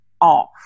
off